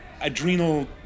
adrenal